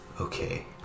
Okay